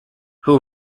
who